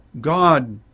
God